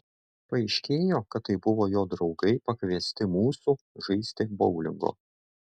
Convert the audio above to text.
paaiškėjo kad tai buvo jo draugai pakviesti mūsų žaisti boulingo